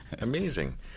amazing